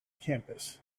campus